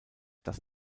das